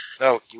No